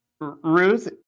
Ruth